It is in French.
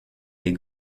les